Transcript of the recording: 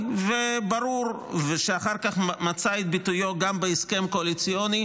וברור ושאחר כך מצא את ביטויו גם בהסכם קואליציוני,